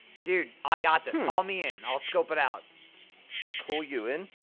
dude, i got this, call me in, i'll scope it out call you in?